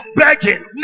begging